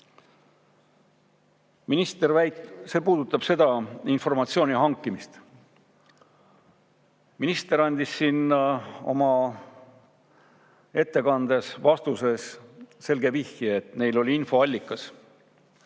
juurde, mis puudutab informatsiooni hankimist. Minister andis siin oma ettekandes või vastuses selge vihje, et neil oli infoallikas